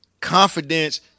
Confidence